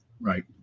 Right